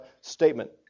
statement